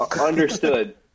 Understood